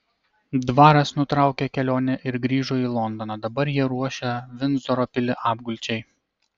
dvaras nutraukė kelionę ir grįžo į londoną dabar jie ruošia vindzoro pilį apgulčiai